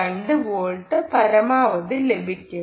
2 volt പരമാവധി ലഭിക്കും